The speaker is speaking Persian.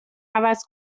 عوض